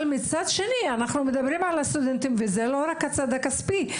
מצד שני אנחנו מדברים על הסטודנטים וזה לא רק הצד הכספי,